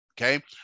okay